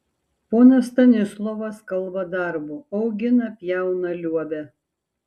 ponas stanislovas kalba darbu augina pjauna liuobia